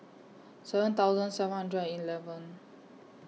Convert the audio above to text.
seven thousand seven hundred eleven